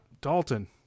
Dalton